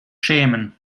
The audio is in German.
schämen